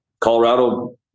Colorado